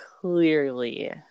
clearly